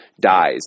dies